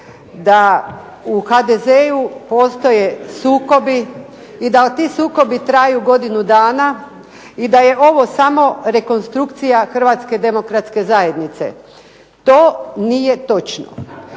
da u HDZ-u postoje sukobi i da ti sukobi traju godinu dana i da je ovo samo rekonstrukcija Hrvatske demokratske zajednice. To nije točno,